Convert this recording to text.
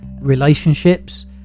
relationships